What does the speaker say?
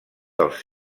dels